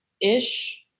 ish